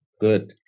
Good